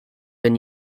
been